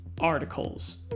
articles